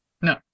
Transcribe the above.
No